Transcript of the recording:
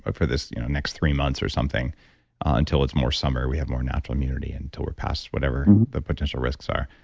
ah for this next three months or something until it's more summer and we have more natural immunity, until we're past whatever the potential risks are.